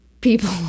people